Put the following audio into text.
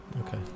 okay